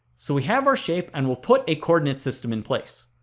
so we have our shape and we'll put a coordinate system in place